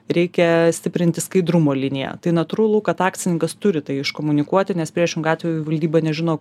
reikia stiprinti skaidrumo liniją tai natūralu kad akcininkas turi tai iškomunikuoti nes priešingu atveju valdyba nežino